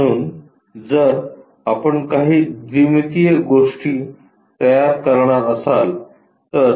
म्हणूनजर आपण काही द्विमितीय गोष्टी तयार करणार असाल तर